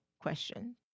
question